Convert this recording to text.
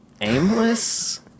aimless